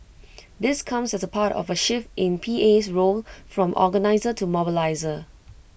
this comes as part of A shift in PA's role from organiser to mobiliser